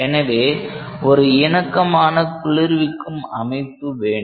எனவே ஒரு இணக்கமான குளிர்விக்கும் அமைப்பு வேண்டும்